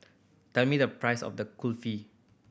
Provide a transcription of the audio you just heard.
tell me the price of the Kulfi